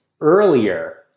earlier